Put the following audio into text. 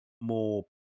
more